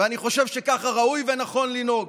ואני חושב שככה ראוי ונכון לנהוג.